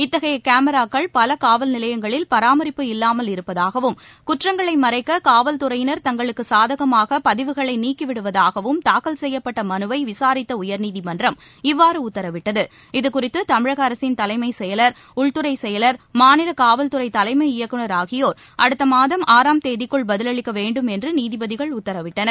இத்தகைய கேமராக்கள் பல காவல் நிலையங்களில் பராமரிப்பு இல்லாமல் இருப்பதாகவும் குற்றங்களை மறைக்க காவல்துறையினர் தங்களுக்குச் சாதகமாக பதிவுகளை நீக்கிவிடுவதாகவும் தாக்கல் செய்யப்பட்ட மனுவை விசாரித்த உயர்நீதிமன்றம் இவ்வாறு உத்தரவிட்டது இதுகுறித்து தமிழக அரசின் தலைமைச் செயலர் உள்துறைச் செயலர் மாநில காவல்துறை தலைமை இயக்குநர் ஆகியோர் அடுத்த மாதம் உத்தரவிட்டனர்